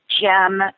gem